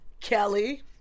Kelly